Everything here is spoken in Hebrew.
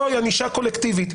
אוי ענישה קולקטיבית.